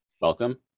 welcome